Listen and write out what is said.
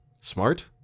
smart